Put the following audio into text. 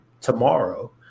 tomorrow